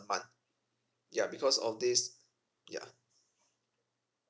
month ya because of this ya